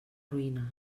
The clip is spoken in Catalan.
ruïna